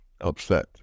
upset